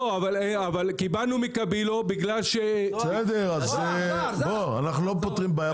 אבל קיבלנו מקבילו בגלל --- אנחנו לא פותרים בעיה פרטנית.